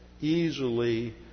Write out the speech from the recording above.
easily